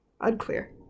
Unclear